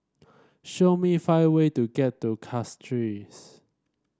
show me five way to get to Castries